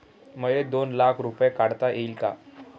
मले दोन लाख रूपे काढता येईन काय?